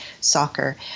soccer